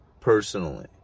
personally